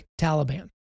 Taliban